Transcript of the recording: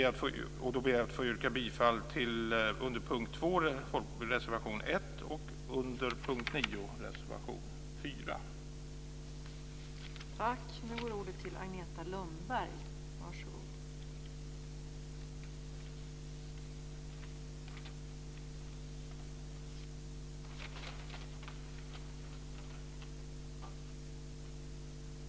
Jag ber att få yrka bifall till reservation 1 under punkt 2 och reservation 4 under punkt 9.